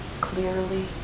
clearly